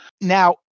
Now